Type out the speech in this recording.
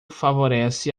favorece